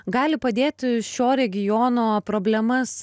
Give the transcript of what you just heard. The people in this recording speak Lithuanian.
gali padėti šio regiono problemas